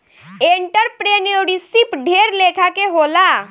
entrepreneurship ढेर लेखा के होला